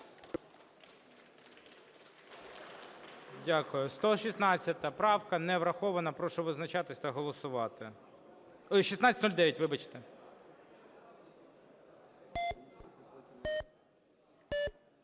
Дякую. 116. Правка не врахована. Прошу визначатись та голосувати. 1609, вибачте.